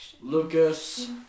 Lucas